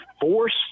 force